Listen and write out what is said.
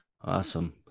awesome